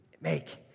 Make